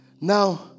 now